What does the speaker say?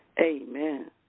Amen